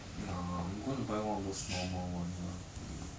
no I'm going to buy one of those normal one ah you know